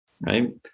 right